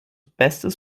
bestes